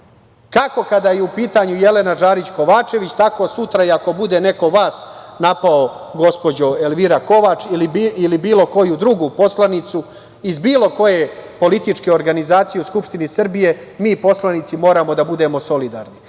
kada je u pitanju Jelena Žarić Kovačević, tako sutra i ako bude neko vas napao, gospođo Elvira Kovač ili bilo koju drugu poslanicu iz bilo koje političke organizacije u Skupštini Srbije, mi poslanici moramo da budemo solidarni